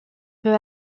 peu